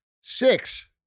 six